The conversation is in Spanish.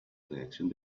redacción